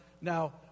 Now